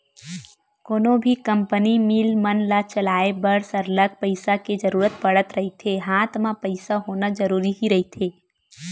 कोनो भी company, mill मन ल चलाय बर सरलग पइसा के जरुरत पड़त रहिथे हात म पइसा होना जरुरी ही रहिथे